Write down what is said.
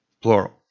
plural